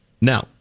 Now